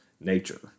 nature